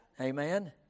Amen